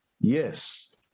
yes